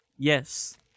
Yes